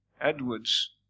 Edwards